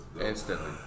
Instantly